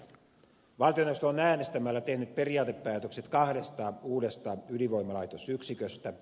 valtioneuvosto on äänestämällä tehnyt periaatepäätökset kahdesta uudesta ydinvoimalaitosyksiköstä